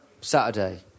Saturday